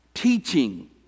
Teaching